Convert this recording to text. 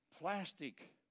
plastic